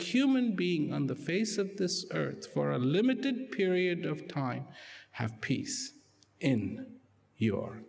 human being on the face of this earth for a limited period of time have peace in